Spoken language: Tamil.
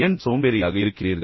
ஏன் சோம்பேறியாக இருக்கிறீர்கள்